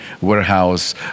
warehouse